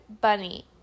Bunny